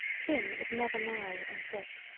tin is never narrow and thick.